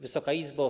Wysoka Izbo!